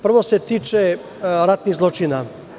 Prvo se tiče ratnih zločina.